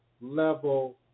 level